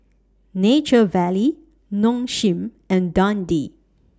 Nature Valley Nong Shim and Dundee